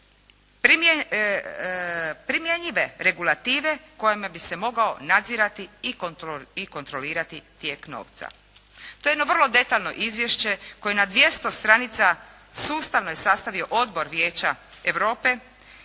"primjenjive regulative kojima bi se mogao nadzirati i kontrolirati tijek novca." To je jedno vrlo detaljno izvješće, koje na 200 stranica sustavno je sastavio odbor Vijeća Europe